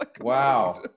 Wow